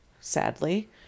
sadly